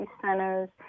centers